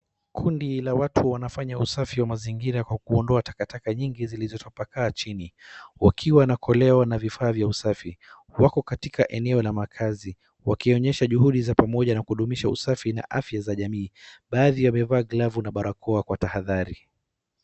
Kundi la watu wanafanya usafi wa mazingira kwa kuondoa takataka nyingi zilizo tapakaa chini wakiwa na koleo na vifaa vya usafi. Wako katika eneo la makazi wakionyesha juhudi za pamoja na kudumisha usafi na afya za jamii. Baadhi wamevaa glavu na barakoa kwa tahadhari.